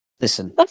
Listen